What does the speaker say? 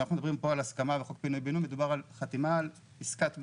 כשאנחנו מדברים על הסכמה וחוק פינוי בינוי מדובר על חתימה על עסקת מכר.